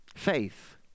Faith